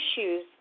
issues